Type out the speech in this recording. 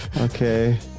okay